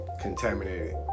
Contaminated